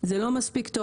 זה לא מספיק טוב.